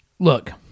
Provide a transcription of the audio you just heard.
Look